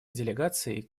делегаций